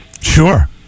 Sure